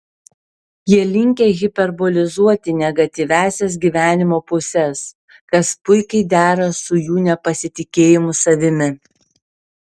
jie linkę hiperbolizuoti negatyviąsias gyvenimo puses kas puikiai dera su jų nepasitikėjimu savimi